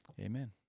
Amen